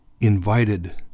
invited